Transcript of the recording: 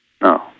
No